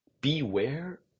beware